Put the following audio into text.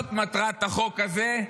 זאת מטרת החוק הזה.